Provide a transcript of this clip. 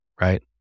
right